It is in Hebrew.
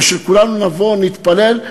ושכולנו נבוא ונתפלל,